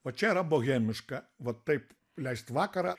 va čia yra bohemiška vat taip leist vakarą